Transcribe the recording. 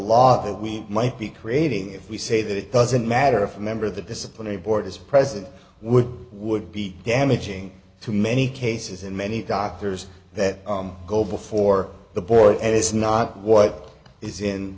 law that we might be creating if we say that it doesn't matter if a member of the disciplinary board is present would would be damaging to many cases and many doctors that go before the board and it's not what is in